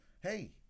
hey